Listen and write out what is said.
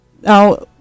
Now